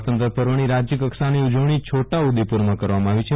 સ્વાતંત્ર્ય પર્વની રાજયકક્ષાની ઉજવણી છોટા ઉદેપુરમાં કરવામાં આવી છે